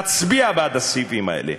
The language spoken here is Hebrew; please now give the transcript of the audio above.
נצביע בעד הסעיפים האלה.